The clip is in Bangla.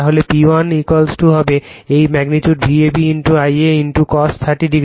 তাহলে P1 হবে এটি magnitude V ab I a cos 30o